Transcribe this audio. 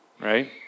Right